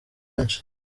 benshi